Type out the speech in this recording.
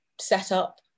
setup